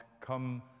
Come